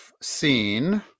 seen